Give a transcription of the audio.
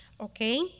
okay